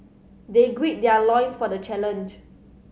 they gird their loins for the challenge